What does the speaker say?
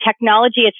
technology